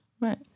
Right